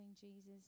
Jesus